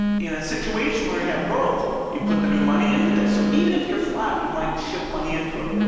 in a situation where you have growth, you put the new money into this. or even if you're flat, you might shift money into it.